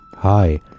Hi